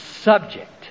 Subject